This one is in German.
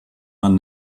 man